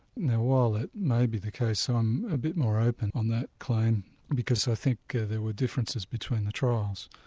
now while that may be the case i'm a bit more open on that claim because i think there were differences between the trials.